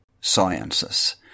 sciences